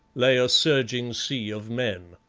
lay a surging sea of men.